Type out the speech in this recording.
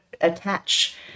attach